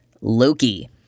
Loki